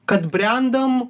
kad brendam